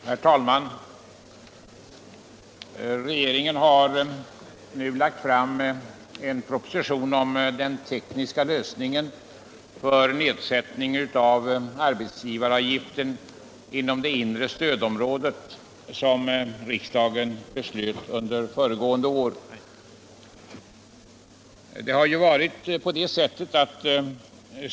Herr talman! Regeringen har nu lagt fram en proposition om den tekniska lösningen för nedsättning av arbetsgivaravgiften inom det inre stödområdet, som riksdagen beslöt under vårriksdagen i år.